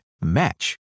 match